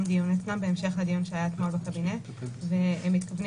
דיון אצלם בהמשך לדיון שהיה אתמול בקבינט והם מתכוונים